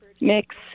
mix